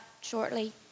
shortly